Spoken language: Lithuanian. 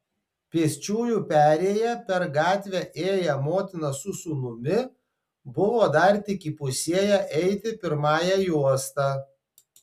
pėsčiųjų perėja per gatvę ėję motina su sūnumi buvo dar tik įpusėję eiti pirmąja juosta